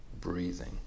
breathing